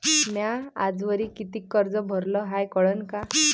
म्या आजवरी कितीक कर्ज भरलं हाय कळन का?